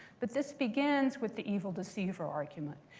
but this begins with the evil deceiver argument.